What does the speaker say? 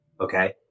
okay